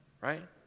Right